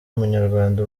munyarwanda